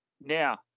Now